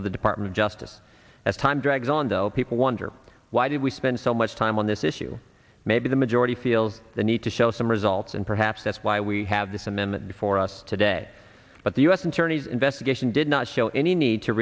of the department of justice as time drags on though people wonder why did we spend so much time on this issue maybe the majority feel the need to show some results and perhaps that's why we have this amendment before us today but the u s attorney's investigation did not show any need to